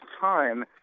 time